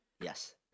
Yes